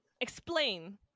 explain